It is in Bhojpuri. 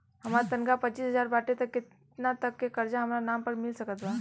हमार तनख़ाह पच्चिस हज़ार बाटे त केतना तक के कर्जा हमरा नाम पर मिल सकत बा?